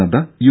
Nadda U